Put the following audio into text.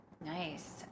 Nice